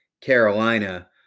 Carolina